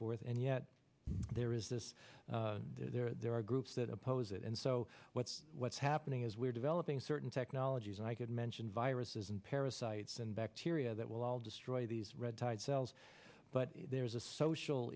forth and yet there is this there there are groups that oppose it and so what's what's happening is we're developing certain technologies and i could mention viruses and parasites and bacteria that will destroy these red tide cells but there is a social